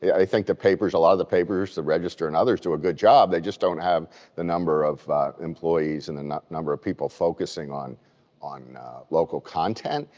i think the papers, a lot of the papers, the register and others do a good job. they just don't have the number of employees and the number of people focusing on on local content.